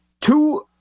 Two